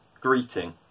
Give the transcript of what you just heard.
greeting